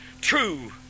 true